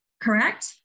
correct